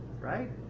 right